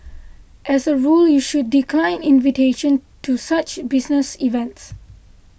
as a rule you should decline invitations to such business events